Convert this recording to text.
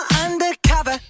undercover